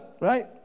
right